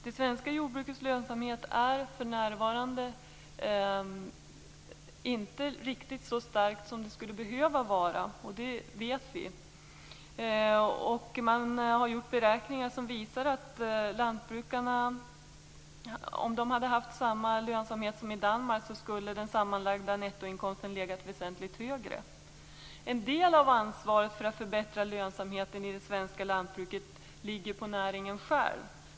Det svenska jordbrukets lönsamhet är för närvarande inte riktigt så god som den skulle behöva vara. Detta vet vi. Beräkningar har gjorts som visar att om lantbrukarna hade haft samma lönsamhet som i Danmark skulle den sammanlagda nettoinkomsten ha legat väsentligt högre. En del av ansvaret för att förbättra lönsamheten i det svenska lantbruket ligger på näringen själv.